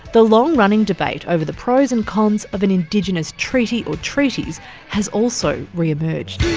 the long-running debate over the pros and cons of an indigenous treaty or treaties has also re-emerged.